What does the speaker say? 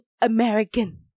American